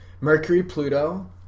Mercury-Pluto